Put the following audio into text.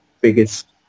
biggest